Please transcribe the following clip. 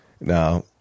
now